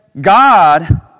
God